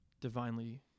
divinely